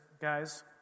guys